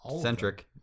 centric